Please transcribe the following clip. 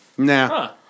Nah